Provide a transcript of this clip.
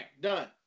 done